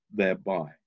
thereby